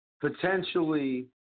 potentially